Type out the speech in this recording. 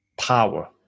power